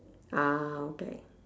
ah okay